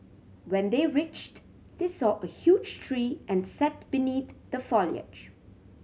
when they reached they saw a huge tree and sat beneath the foliage